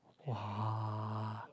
!wah!